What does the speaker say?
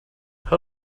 how